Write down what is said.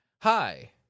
hi